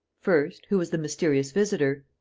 first, who was the mysterious visitor?